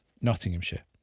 Nottinghamshire